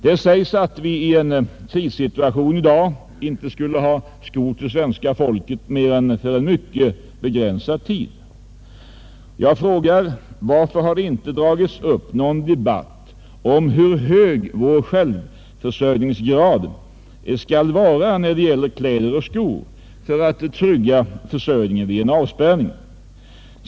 Det sägs att vi i en krissituation inte skulle ha skor till svenska folket för mer än en mycket begränsad tid. Varför har detta inte tagits upp i någon debatt om hur hög vår självförsörjningsgrad skall vara beträffande kläder och skor för att trygga försörjningen vid en avspärrning?